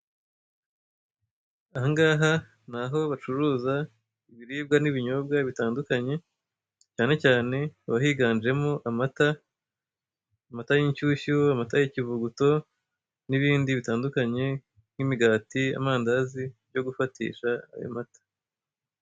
Aha ngaha ni aho bacuruza ibiribwa n'ibinyobwa bitandukanye, cyane cyane hakaba higanjemo amata, amata y'inshyushyu, amata y'ikivuguto, n'ibindi bitandukanye, n'imigati, amandazi yo gufatisha ayo mata.